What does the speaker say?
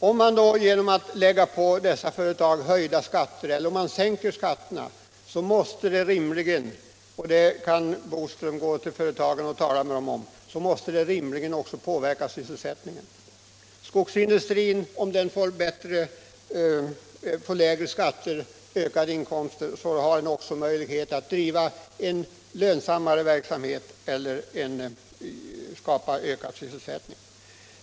Om man höjer eller sänker skatterna för dessa företag måste det rimligen påverka sysselsättningen. Det kan herr Boström få bekräftat genom att tala med företagen i fråga. Om exempelvis skogsindustrin får lägre skatter och därmed ökade inkomster har den också möjlighet att bedriva en lönsammare verksamhet eller skapa fler sysselsättningstillfällen.